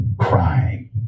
crying